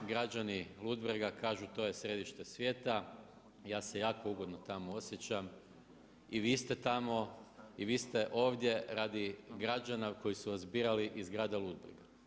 Građani Ludbrega kažu to je središte svijeta, ja se jako ugodno tamo osjećam i vi ste tamo i vi ste ovdje radi građana koji su vas birali iz grada Ludbrega.